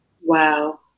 Wow